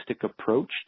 approach